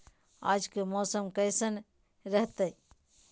आज के मौसम कैसन रहताई?